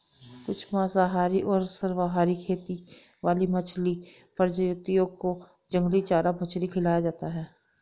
कुछ मांसाहारी और सर्वाहारी खेती वाली मछली प्रजातियों को जंगली चारा मछली खिलाया जाता है